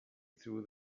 through